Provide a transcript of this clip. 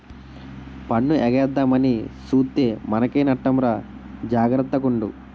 పన్ను ఎగేద్దామని సూత్తే మనకే నట్టమురా జాగర్త గుండు